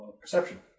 Perception